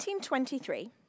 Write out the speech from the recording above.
1923